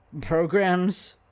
programs